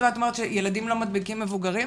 שילדים לא מדביקים מבוגרים,